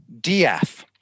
DF